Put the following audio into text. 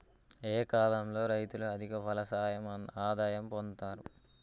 ఏ కాలం లో రైతులు అధిక ఫలసాయం ఆదాయం పొందుతరు?